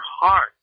heart